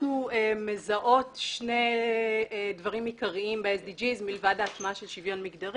אנחנו מזהות שני דברים עיקרים ב-SDGs מלבד ההטמעה של שוויון מיגדרי.